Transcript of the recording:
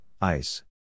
Ice